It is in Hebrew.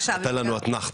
הייתה לנו אתנחתא,